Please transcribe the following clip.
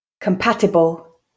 Compatible